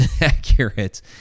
accurate